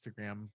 instagram